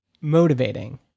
motivating